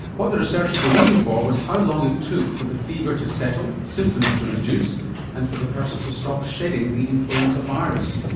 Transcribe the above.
what the researchers were looking for was how long it took for the fever to settle, symptoms to reduce and for the person to stop shedding the influenza virus.